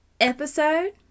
episode